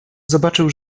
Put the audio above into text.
zobaczył